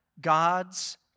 God's